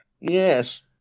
Yes